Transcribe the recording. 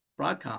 Broadcom